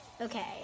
Okay